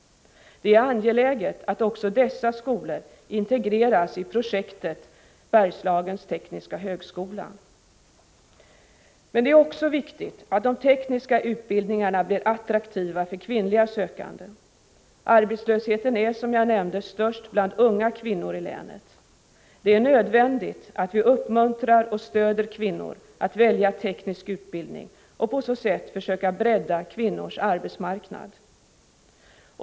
Det är angeläget att också dessa skolor integreras i projektet Bergslagens tekniska högskola. Det är också viktigt att de tekniska utbildningarna blir attraktiva för kvinnliga sökande. Arbetslösheten är, som jag nämnde, störst bland unga kvinnor i länet. Det är nödvändigt att vi uppmuntrar och stöder kvinnor att välja teknisk utbildning och på så sätt försöker bredda kvinnors arbetsmarknad.